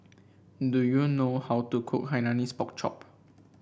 do you know how to cook Hainanese Pork Chop